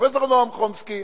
פרופסור נועם חומסקי,